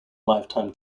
lifetime